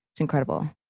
it's incredible.